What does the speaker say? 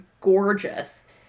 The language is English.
gorgeous